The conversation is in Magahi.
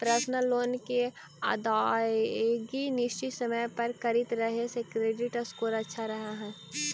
पर्सनल लोन के अदायगी निश्चित समय पर करित रहे से क्रेडिट स्कोर अच्छा रहऽ हइ